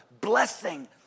Blessing